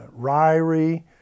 Ryrie